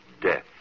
death